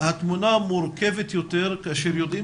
שהתמונה המורכבת יותר כאשר יודעים